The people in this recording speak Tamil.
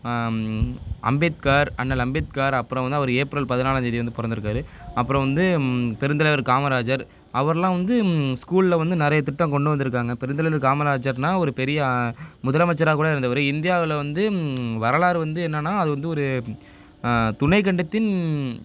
அம்பேத்கார் அண்ணல் அம்பேத்கார் அப்புறம் வந்து ஏப்ரல் பதினாலாம் தேதி வந்து பிறந்துருக்காரு அப்புறம் வந்து பெருந்தலைவர் காமராஜர் அவரெலாம் வந்து ஸ்கூலில் வந்து நிறைய திட்டம் கொண்டு வந்துருக்காங்க பெருந்தலைவர் காமராஜர்னால் ஒரு பெரிய முதலமைச்சராக கூட இருந்தவர் இந்தியாவில் வந்து வரலாறு வந்து என்னான்னா அது வந்து ஒரு துணைக்கண்டத்தின்